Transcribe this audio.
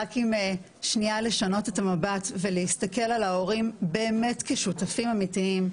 רק עם שנייה לשנות את המבט ולהסתכל על ההורים באמת כשותפים אמיתיים,